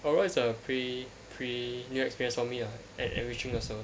overall it's a pretty pretty new experience for me ah and enriching also